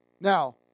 now